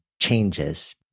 changes